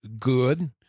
good